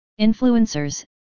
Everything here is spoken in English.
Influencers